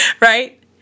right